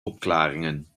opklaringen